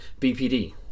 BPD